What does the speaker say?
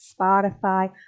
Spotify